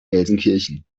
gelsenkirchen